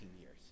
years